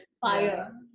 fire